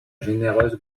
généreuse